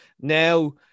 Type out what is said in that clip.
Now